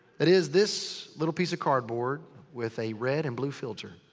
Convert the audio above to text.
that is, this little piece of cardboard with a red and blue filter.